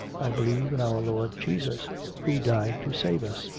i believe in our lord jesus who died to save us.